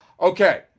okay